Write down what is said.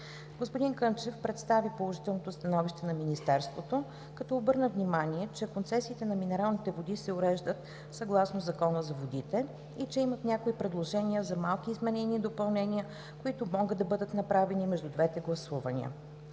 господин Кънчев представи положителното становище на Министерството, като обърна внимание, че концесиите на минералните води се уреждат съгласно Закона за водите и че имат някои предложения за малки изменения и допълнения, които могат да бъдат направени между двете гласувания;